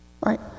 right